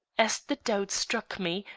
as the doubt struck me,